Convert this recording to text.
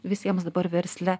visiems dabar versle